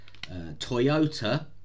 Toyota